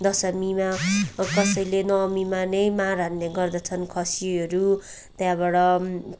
दशमीमा कसैले नवमीमा नै मार हान्ने गर्दछन् खसीहरू त्यहाँबाट